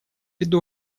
виду